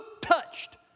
touched